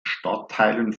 stadtteilen